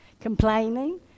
complaining